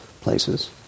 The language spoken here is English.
places